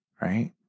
right